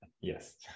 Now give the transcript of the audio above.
Yes